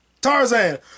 Tarzan